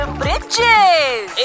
bridges